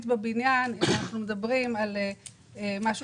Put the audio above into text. אנחנו מדברים על התחליף של תמ"א 38,